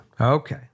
Okay